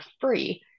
free